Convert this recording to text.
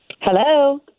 Hello